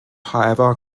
however